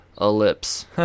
ellipse